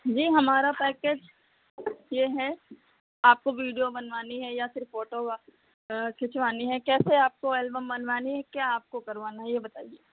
जी हमारा पैकेज ये है आपको विडिओ बनवानी है या फिर फोटो खिंचवानी है कैसे आपको एल्बम बनवानी है क्या आपको करवानी है ये बताइए